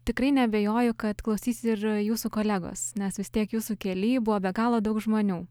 tikrai neabejoju kad klausys ir jūsų kolegos nes vis tiek jūsų kely buvo be galo daug žmonių